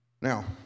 Now